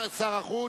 החוץ.